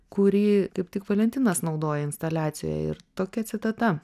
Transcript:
kurį kaip tik valentinas naudoja instaliacijoj ir tokia citata